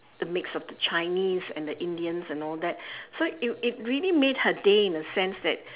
the mix of the chinese and the indians and all that so it it really made her day in a sense that